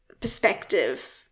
perspective